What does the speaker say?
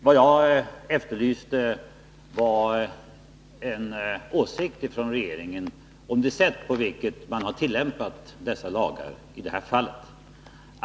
Vad jag efterlyste var en åsikt från regeringens sida om det sätt på vilket dessa lagar tillämpats i det här fallet.